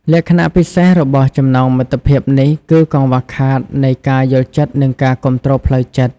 លក្ខណៈពិសេសរបស់ចំណងមិត្តភាពនេះគឺកង្វះខាតនៃការយល់ចិត្តនិងការគាំទ្រផ្លូវចិត្ត។